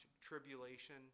tribulation